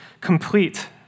complete